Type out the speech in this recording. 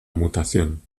mutación